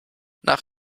nach